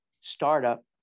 startup